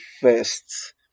first